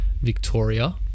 Victoria